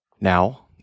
now